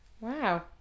Wow